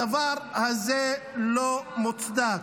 הדבר הזה לא מוצדק.